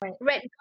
Red